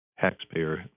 taxpayer